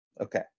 okay